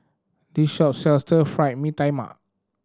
this shop sells Stir Fried Mee Tai Mak